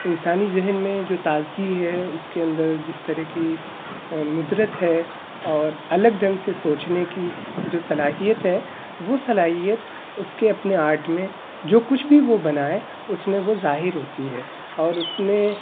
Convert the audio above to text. انسانی ذہن میں جو تازگی ہے اس کے اندر جس طرح کی ندرت ہے اور الگ ڈھنگ سے سوچنے کی جو صلاحیت ہے وہ صلاحیت اس کے اپنے آرٹ میں جو کچھ بھی وہ بنائے اس میں وہ ظاہر ہوتی ہے اور اس میں